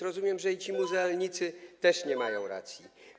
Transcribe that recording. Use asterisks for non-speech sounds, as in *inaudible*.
Rozumiem, że ci muzealnicy *noise* też nie mają racji.